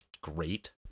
great